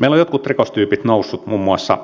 meillä ovat jotkut rikostyypit nousseet muun muassa